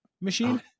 machine